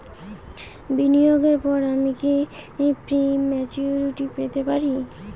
বিনিয়োগের পর আমি কি প্রিম্যচুরিটি পেতে পারি?